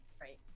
Right